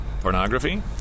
Pornography